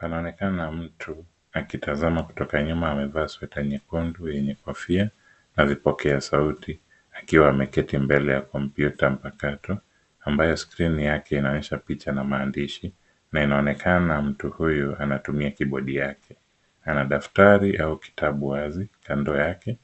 Anaonekana mtu akitazama kutoka nyuma, amevaa sweeter nyekundu yenye kofia na vipokea sauti akiwa ameketi mbele ya komputa mpakato ambayo skrini yake inaonyesha picha na maandishi. Na inaonekana mtu huyu anatumia kibodi yake. Ana daftari au kitabu wazi kando yake,